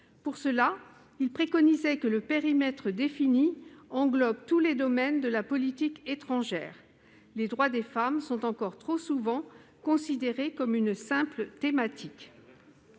Pour cela, il préconisait que le périmètre défini englobe tous les domaines de la politique étrangère. Les droits des femmes sont encore trop souvent considérés comme une simple thématique.